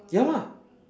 ya lah